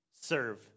serve